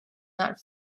not